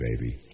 baby